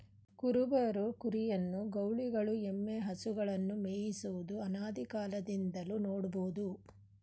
ಕುರುಬರು ಕುರಿಯನ್ನು, ಗೌಳಿಗಳು ಎಮ್ಮೆ, ಹಸುಗಳನ್ನು ಮೇಯಿಸುವುದು ಅನಾದಿಕಾಲದಿಂದಲೂ ನೋಡ್ಬೋದು